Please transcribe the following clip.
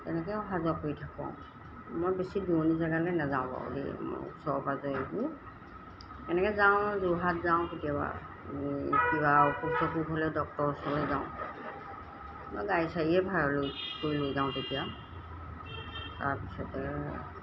তেনেকৈয়ে অহা যোৱা কৰি থাকোঁ আৰু মই বেছি দূৰণি জেগালৈ নেযাওঁ বাৰু দেই মই ওচৰ পাঁজৰে এনেকৈ যাওঁ আৰু যোৰহাট যাওঁ কেতিয়াবা কিবা অসুখ বিসুখ হ'লে ডক্তৰৰ ওচৰলৈ যাওঁ মই গাড়ীয়ে চাড়ীয়ে ভাড়া কৰি লৈ যাওঁ তেতিয়া তাৰপিছতে